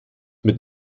mit